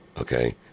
Okay